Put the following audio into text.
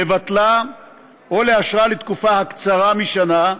לבטלה או לאשרה לתקופה הקצרה משנה,